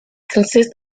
consists